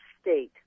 state